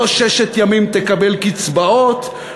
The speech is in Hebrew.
לא ששת ימים תקבל קצבאות,